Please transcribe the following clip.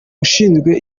ushinzwe